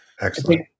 Excellent